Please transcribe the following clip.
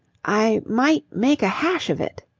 i might make a hash of it.